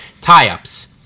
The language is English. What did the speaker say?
tie-ups